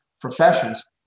professions